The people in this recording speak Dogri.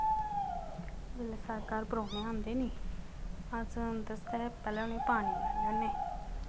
जेल्लै साढ़े घर परौह्ने आंदे नि अस उं'दे आस्तै पैह्ले उ'नें गी पानी पलैने होन्नें